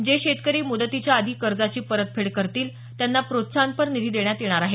जे शेतकरी मुदतीच्या आधी कर्जाची परतफेड करतील त्यांना प्रोत्साहनपर निधी देण्यात येणार आहे